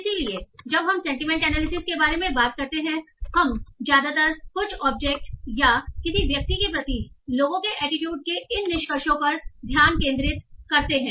इसलिए जब हम सेंटीमेंट एनालिसिस के बारे में बात करते हैं हम ज्यादातर कुछ ऑब्जेक्ट या किसी व्यक्ति के प्रति लोगों के एटीट्यूड के इन निष्कर्षों पर ध्यान केंद्रित करते हैं